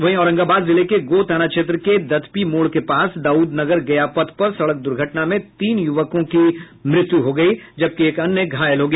वहीं औरंगाबाद जिले के गोह थाना क्षेत्र के दधपी मोड़ के पास दाउदनगर गया पथ पर सड़क दुर्घटना में तीन युवकों की मृत्यु हो गई जबकि एक अन्य घायल हो गया